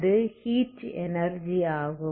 அது heat energy ஆகும்